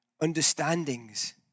understandings